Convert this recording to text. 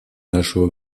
нашего